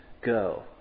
go